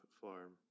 farm